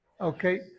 Okay